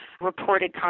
reported